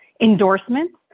endorsements